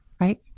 right